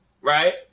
right